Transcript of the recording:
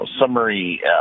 summary